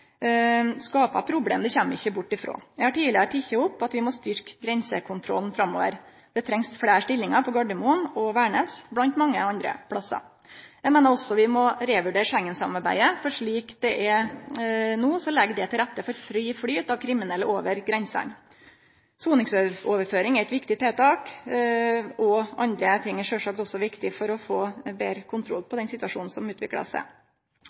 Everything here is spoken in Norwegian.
skapar problem – det kjem vi ikkje bort frå. Eg har tidlegare teke opp at vi må styrkje grensekontrollen framover. Det trengst fleire stillingar på Gardermoen og Værnes, blant mange andre plassar. Eg meiner også at vi må revurdere Schengen-samarbeidet, for slik det er no, legg det til rette for fri flyt av kriminelle over grensene. Soningsoverføring er eit viktig tiltak, og andre ting er sjølvsagt også viktige for å få betre kontroll på den situasjonen som har utvikla seg.